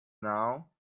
now